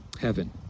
Heaven